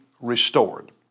restored